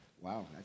Wow